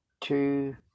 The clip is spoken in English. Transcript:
Two